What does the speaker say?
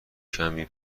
کمی